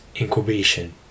incubation